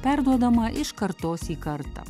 perduodama iš kartos į kartą